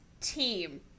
team